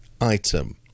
item